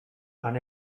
han